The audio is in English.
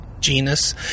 genus